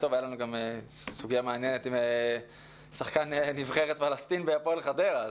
היתה לנו סוגיה מעניינת עם שחקן נבחרת פלסטין בהפועל חדרה.